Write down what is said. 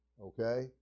Okay